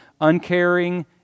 uncaring